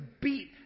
beat